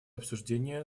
обсуждения